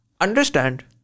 understand